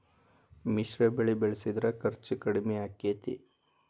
ಮಿಶ್ರ ಬೆಳಿ ಬೆಳಿಸಿದ್ರ ಖರ್ಚು ಕಡಮಿ ಆಕ್ಕೆತಿ?